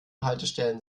haltestellen